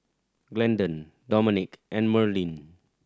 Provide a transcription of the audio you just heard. Glendon Domenic and Merlyn